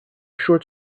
short